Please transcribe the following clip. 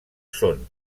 són